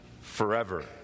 forever